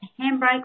handbrake